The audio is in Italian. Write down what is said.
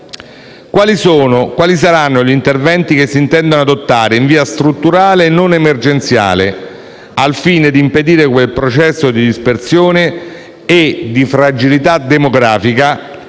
quali saranno gli interventi che si intendono adottare, in via strutturale e non emergenziale, al fine di impedire quel processo di dispersione e di fragilità demografica